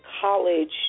college